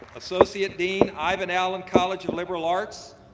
associate dean, ivan allen college of liberal arts.